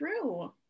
True